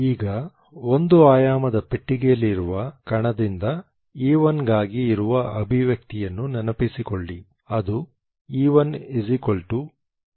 ಈಗ ಒಂದು ಆಯಾಮದ ಪಟ್ಟಿಗೆಯಲ್ಲಿರುವ ಕಣದಿಂದ E1 ಗಾಗಿ ಇರುವ ಅಭಿವ್ಯಕ್ತಿಯನ್ನು ನೆನಪಿಸಿಕೊಳ್ಳಿ ಅದು E1h2n128mL2